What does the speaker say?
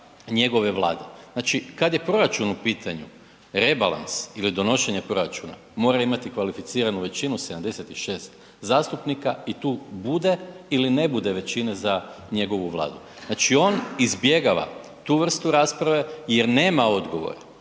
njegove Vlade. Znači, kad je proračun u pitanju, rebalans ili donošenje proračuna, mora imati kvalificiranu većinu, 76 zastupnika i tu bude ili ne bude većine za njegovu Vladu. Znači on izbjegava tu vrstu rasprave jer nema odgovor.